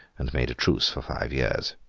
and made a truce for five years.